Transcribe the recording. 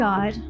God